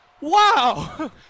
Wow